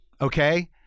okay